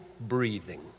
breathing